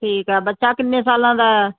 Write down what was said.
ਠੀਕ ਆ ਬੱਚਾ ਕਿੰਨੇ ਸਾਲਾਂ ਦਾ ਆ